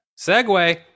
Segway